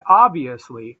obviously